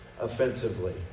offensively